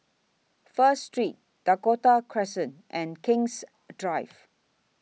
First Street Dakota Crescent and King's Drive